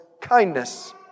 kindness